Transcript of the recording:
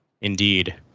Indeed